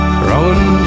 Throwing